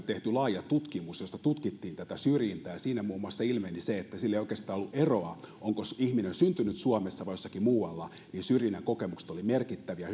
tehty laaja tutkimus jossa tutkittiin tätä syrjintää siinä muun muassa ilmeni se että ei oikeastaan ollut eroa onko ihminen syntynyt suomessa vai jossakin muualla vaan syrjinnän kokemukset olivat merkittäviä